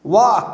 वाह